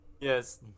Yes